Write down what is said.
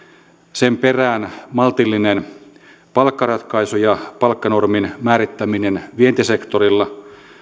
sen perään maltillinen palkkaratkaisu ja palkkanormin määrittäminen vientisektorilla